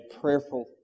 prayerful